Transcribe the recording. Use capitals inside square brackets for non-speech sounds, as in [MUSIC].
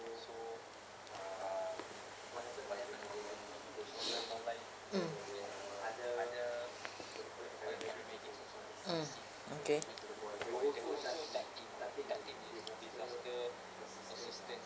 [BREATH] mm mm okay [BREATH]